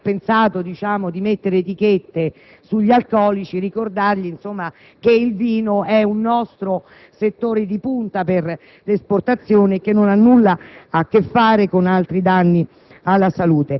Ferrero, che ha pensato di prevedere etichette sugli alcolici, per ricordargli che il vino è un nostro settore di punta per l'esportazione e che non ha nulla a che fare con altri danni